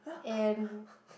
and